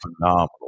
phenomenal